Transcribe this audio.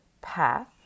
path